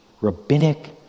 rabbinic